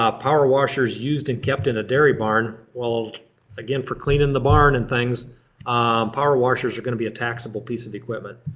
ah power washers used and kept in a dairy barn. again for cleaning the barn and things power washers are gonna be a taxable piece of equipment.